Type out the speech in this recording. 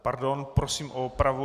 Pardon, prosím o opravu.